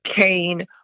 Cain